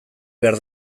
behar